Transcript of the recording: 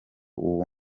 uwo